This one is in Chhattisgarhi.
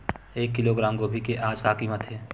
एक किलोग्राम गोभी के आज का कीमत हे?